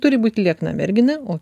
turi būt liekna mergina o